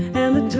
and the